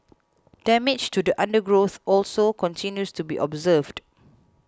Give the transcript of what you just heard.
damage to the undergrowth also continues to be observed